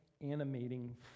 animating